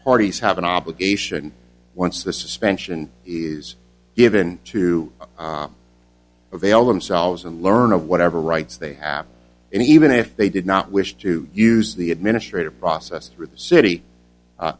parties have an obligation once the suspension is given to avail themselves and learn of whatever rights they have and even if they did not wish to use the administrative process through the city